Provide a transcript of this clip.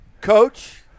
Coach